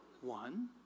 one